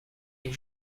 est